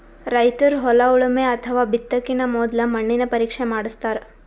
ರೈತರ್ ಹೊಲ ಉಳಮೆ ಅಥವಾ ಬಿತ್ತಕಿನ ಮೊದ್ಲ ಮಣ್ಣಿನ ಪರೀಕ್ಷೆ ಮಾಡಸ್ತಾರ್